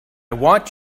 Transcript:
want